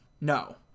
No